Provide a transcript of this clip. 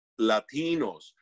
Latinos